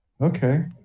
Okay